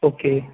okay